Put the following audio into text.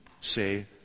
say